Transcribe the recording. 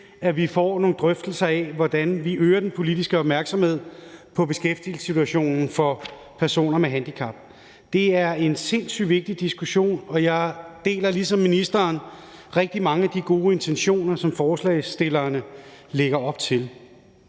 at vi får nogle drøftelser af, hvordan vi øger den politiske opmærksomhed på beskæftigelsessituationen for personer med handicap. Det er en sindssygt vigtig diskussion, og jeg deler ligesom ministeren rigtig mange af de gode intentioner, som forslagsstillerne lægger op til.